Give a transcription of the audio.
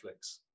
Netflix